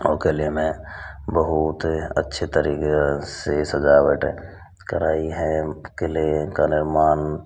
और किले में बहुत अच्छी तरह से सजावट कराई है किले का निर्माण